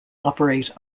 operate